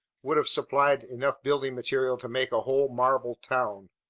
would have supplied enough building material to make a whole marble town.